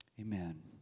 Amen